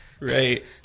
Right